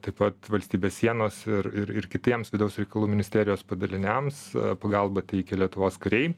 taip pat valstybės sienos ir ir ir kitiems vidaus reikalų ministerijos padaliniams pagalbą teikia lietuvos kariai